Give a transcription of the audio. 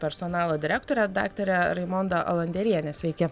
personalo direktorę daktarę raimondą alonderienę sveiki